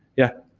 yeah.